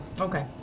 Okay